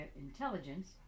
intelligence